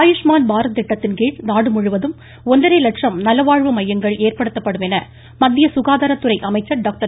ஆயுஷ்மான் பாரத் திட்டத்தின்கீழ் நாடுமுழுவதும் ஒன்றரை லட்சம் நலவாழ்வு மையங்கள் ஏற்படுத்தப்படும் என மத்திய சுகாதாரத்துறை அமைச்சர் டாக்டர்